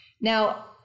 Now